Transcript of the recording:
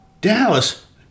Dallas